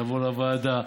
יעבור לוועדה,